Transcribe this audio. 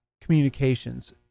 communications